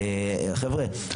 חבר'ה,